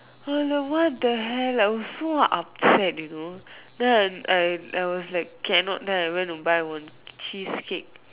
!aiya! what the hell I was so upset you know then I I I was like cannot then I went to buy one cheesecake